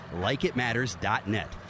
likeitmatters.net